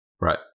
Right